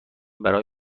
برای